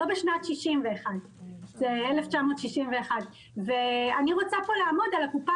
לא בשנת 61'. אני רוצה לעמוד על הקופה